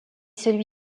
celui